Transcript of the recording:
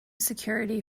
security